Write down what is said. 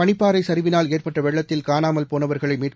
பனிப்பாறைசரிவினால் ஏற்பட்டவெள்ளத்தில் காணாமல் போனவர்களைமீட்கும்